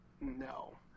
No